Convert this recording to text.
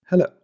Hello